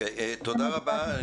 תודה רבה.